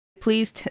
Please